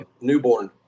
newborn